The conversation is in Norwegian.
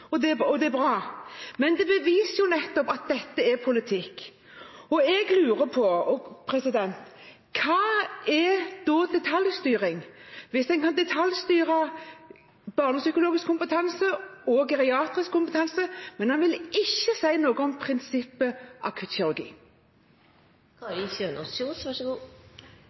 som jeg synes er flott og bra, men det beviser jo at dette er politikk. Jeg lurer på: Hva er detaljstyring, hvis en kan detaljstyre når det gjelder barnepsykologisk kompetanse og geriatrisk kompetanse, men ikke vil si noe om prinsippet